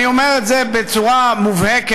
אני אומר את זה בצורה מובהקת,